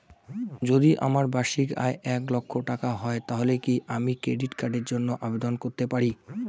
যদি আমার বার্ষিক আয় এক লক্ষ টাকা হয় তাহলে কি আমি ক্রেডিট কার্ডের জন্য আবেদন করতে পারি?